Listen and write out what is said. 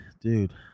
dude